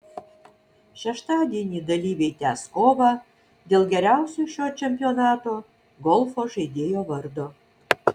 šeštadienį dalyviai tęs kovą dėl geriausio šio čempionato golfo žaidėjo vardo